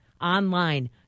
online